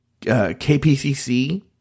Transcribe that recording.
KPCC